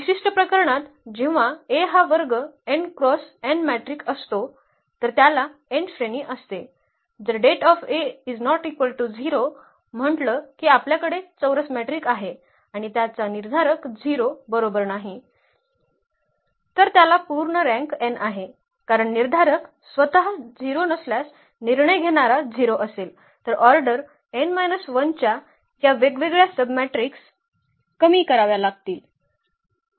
विशिष्ट प्रकरणात जेव्हा A हा वर्ग n क्रोस n मॅट्रिक्स असतो तर त्याला n श्रेणी असते जर म्हटलं की आपल्याकडे चौरस मॅट्रिक्स आहे आणि त्याचा निर्धारक 0 बरोबर नाही तर त्याला पूर्ण रँक n आहे कारण निर्धारक स्वतः 0 नसल्यास निर्णय घेणारा 0 असेल तर ऑर्डर n 1 च्या या वेगवेगळ्या सबमेट्रिक्स कमी कराव्या लागतील